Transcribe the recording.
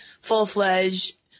full-fledged